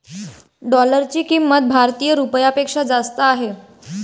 डॉलरची किंमत भारतीय रुपयापेक्षा जास्त आहे